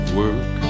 work